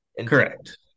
Correct